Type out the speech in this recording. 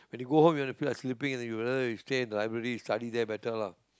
when you go home you want to feel like sleeping and then you realise stay in the library study there better lah